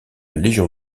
légion